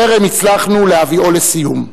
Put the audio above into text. טרם הצלחנו להביאו לסיום.